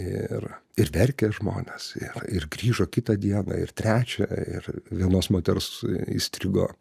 ir ir verkia žmonės ir grįžo kitą dieną ir trečią ir vienos moters įstrigo